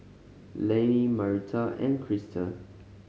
Laney Marita and Christa